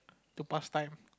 to pass time